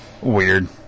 Weird